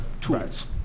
tools